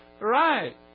Right